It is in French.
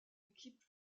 équipe